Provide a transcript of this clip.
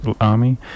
army